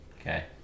Okay